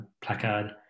placard